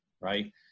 right